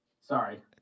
Sorry